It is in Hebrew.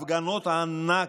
הפגנות הענק,